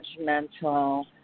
judgmental